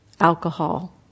alcohol